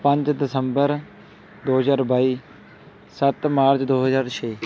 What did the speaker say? ਪੰਜ ਦਸੰਬਰ ਦੋ ਹਜ਼ਾਰ ਬਾਈ ਸੱਤ ਮਾਰਚ ਦੋ ਹਜ਼ਾਰ ਛੇ